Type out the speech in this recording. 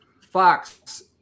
Fox